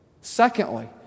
Secondly